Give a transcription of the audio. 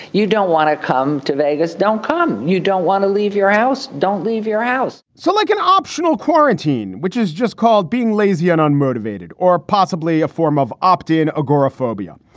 you don't want to come to vegas. don't come. you don't want to leave your house. don't leave your house so like an optional quarantine, which is just called being lazy and unmotivated or possibly a form of opt in agoraphobia,